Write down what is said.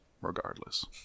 regardless